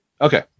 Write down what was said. Okay